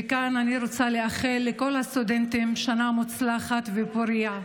וכאן אני רוצה לאחל לכל הסטודנטים שנה מוצלחת ופורייה.